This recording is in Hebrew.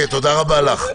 תודה רבה לך.